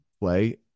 play